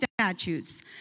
statutes